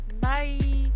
Bye